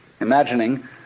imagining